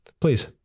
Please